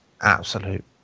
absolute